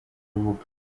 rubuga